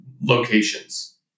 locations